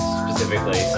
specifically